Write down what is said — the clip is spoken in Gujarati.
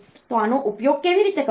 તો આનો ઉપયોગ કેવી રીતે કરવો